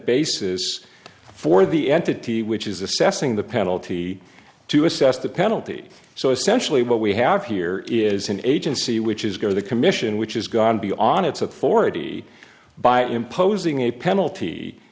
basis for the entity which is assessing the penalty to assess the penalty so essentially what we have here is an agency which is go to the commission which is gonna be on its authority by imposing a penalty